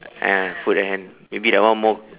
eh foot and hand maybe that one more